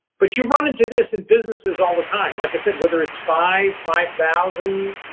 but you run into this in businesses all the time. like i said, whether it's five, five thousand,